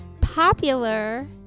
popular